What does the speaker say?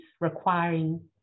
requiring